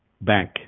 bank